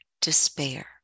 despair